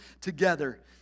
together